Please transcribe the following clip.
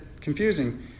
confusing